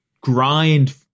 grind